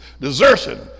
Desertion